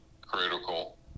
critical